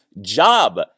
job